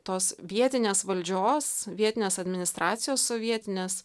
tos vietinės valdžios vietinės administracijos sovietinės